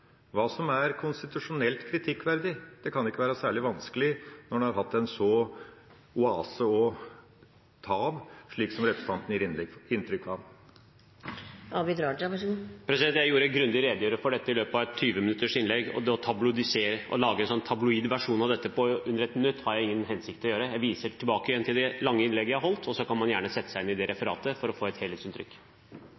hva som er konstitusjonelt kritikkverdig. Det kan ikke være særlig vanskelig når en har hatt en slik oase å ta av, slik representanten gir inntrykk av. Jeg gjorde grundig rede for dette i løpet av et 20 minutters innlegg. Å lage en tabloid versjon av dette på under 1 minutt har ingen hensikt. Jeg viser til det lange innlegget jeg holdt, og så kan man gjerne sette seg inn i referatet for å få et helhetsinntrykk.